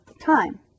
time